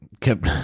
kept